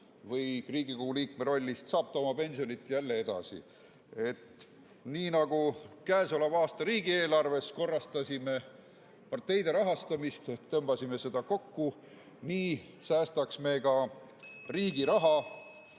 või Riigikogu liikme rollist, saab ta oma pensioni jälle edasi. Nii nagu käesoleva aasta riigieelarves korrastasime parteide rahastamist, tõmbasime seda kokku, nii säästaks me ka riigi raha,